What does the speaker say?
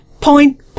point